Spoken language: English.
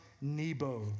Nebo